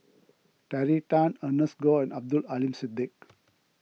Terry Tan Ernest Goh and Abdul Aleem Siddique